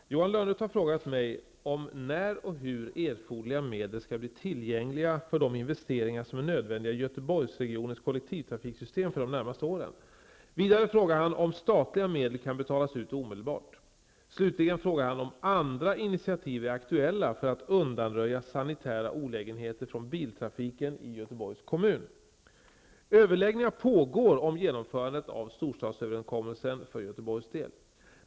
Fru talman! Johan Lönnroth har frågat mig om när och hur erforderliga medel skall bli tillgängliga för de investeringar som är nödvändiga i Göteborgsregionens kollektivtrafiksystem för de närmaste åren. Vidare frågar han om statliga medel kan betalas ut omedelbart. Slutligen frågar han om andra initiativ är aktuella för att undanröja sanitära olägenheter från biltrafiken i Göteborgs kommun. Överläggningar pågår om genomförandet av storstadsöverenskommelsen för Göteborgs del.